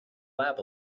lab